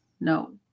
no